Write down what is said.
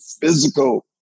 physical